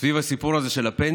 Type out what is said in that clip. סביב הסיפור הזה של הפנסיות,